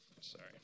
sorry